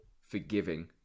forgiving